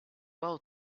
well